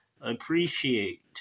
appreciate